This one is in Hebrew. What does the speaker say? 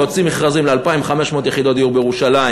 להוציא מכרזים ל-2,500 יחידות דיור בירושלים